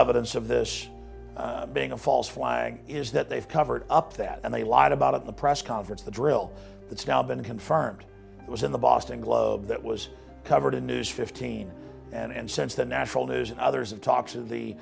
evidence of this being a false flag is that they've covered up that and they lied about it in the press conference the drill that's now been confirmed it was in the boston globe that was covered in news fifteen and since the national news and others of talks of the